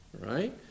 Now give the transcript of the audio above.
Right